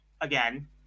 Again